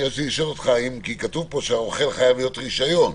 רציתי לשאול אותך כי כתוב פה: "לרוכל חייב להיות רישיון".